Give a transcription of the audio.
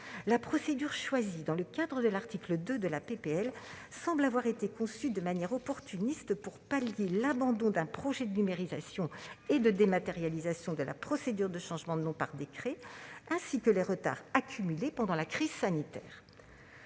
La procédure choisie dans le cadre de l'article 2 de la proposition de loi semble avoir été conçue de manière opportuniste pour pallier l'abandon d'un projet de numérisation et de dématérialisation de la procédure de changement de nom par décret, ainsi que les retards accumulés pendant la crise sanitaire.